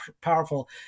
powerful